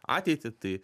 ateitį tai